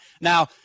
now